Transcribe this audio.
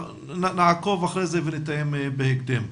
נעקוב אחרי זה ונתאם בהקדם.